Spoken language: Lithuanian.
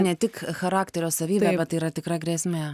ne tik charakterio savybė bet tai yra tikra grėsmė